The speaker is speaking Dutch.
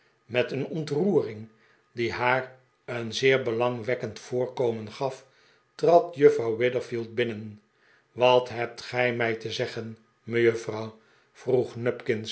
met een ontroering die haar een zeer belangwekkend voorkomen gaf trad juffrouw witherfield binnen wat hebt gij mij te zeggen mejuffrouw